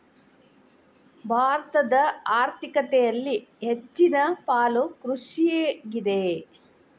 ಭಾರತದ ಆರ್ಥಿಕತೆಯಲ್ಲಿ ಹೆಚ್ಚನ ಪಾಲು ಕೃಷಿಗಿದೆ